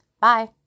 Bye